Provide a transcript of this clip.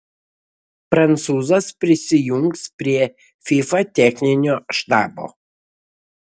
prancūzas prisijungs prie fifa techninio štabo